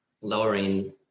lowering